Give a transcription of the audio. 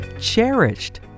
cherished